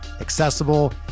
accessible